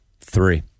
Three